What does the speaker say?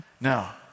Now